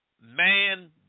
man